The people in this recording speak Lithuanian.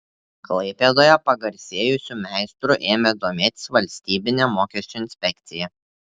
klaipėdoje pagarsėjusiu meistru ėmė domėtis valstybinė mokesčių inspekcija